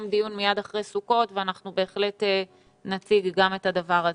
מיד אחרי סוכות יתקיים דיון ואנחנו בהחלט נציג גם את הדבר הזה.